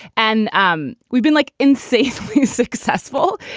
and um we've been like insaf successful,